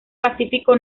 pacífico